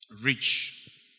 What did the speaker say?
Rich